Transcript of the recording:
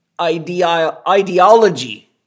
ideology